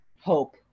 hope